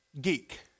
geek